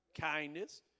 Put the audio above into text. kindness